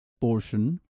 portion